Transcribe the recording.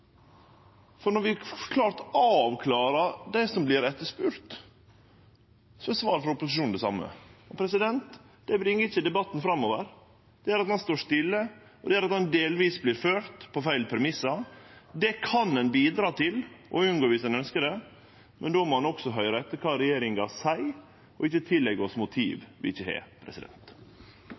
For når vi får avklara det som vert etterspurt, er svaret frå opposisjonen det same. Det bringar ikkje debatten framover, det gjer at han står stille, og det gjer at han delvis vert førd på feil premissar. Det kan ein bidra til å unngå dersom ein ønskjer det, men då må ein også høyre etter kva regjeringa seier, og ikkje tilleggje oss motiv vi ikkje har.